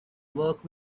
work